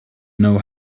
know